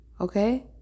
Okay